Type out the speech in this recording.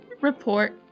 report